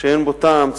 שאין בו טעם.